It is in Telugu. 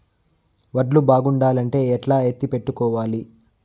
వడ్లు బాగుండాలంటే ఎట్లా ఎత్తిపెట్టుకోవాలి?